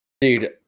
Dude